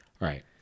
Right